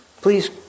Please